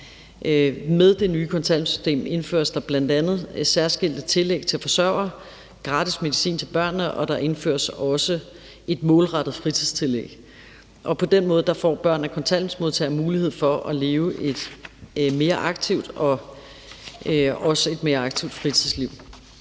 Med det nye kontanthjælpssystem indføres der bl.a. særskilte tillæg til forsørgere og gratis medicin til børnene, og der indføres også et målrettet fritidstillæg. Og på den måde får børn af kontanthjælpsmodtagere mulighed for at leve et mere aktivt liv, også et mere aktivt fritidsliv.